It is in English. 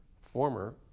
former